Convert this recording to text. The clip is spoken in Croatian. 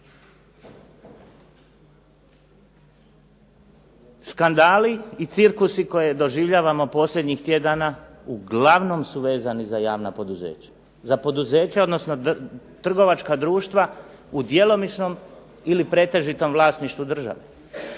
Skandali i cirkusi koje doživljavamo posljednjih tjedana uglavnom su vezani za javna poduzeća. Za poduzeća, odnosno trgovačka društva u djelomičnom ili pretežitom vlasništvu države.